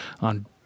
on